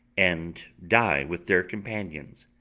and die with their companions,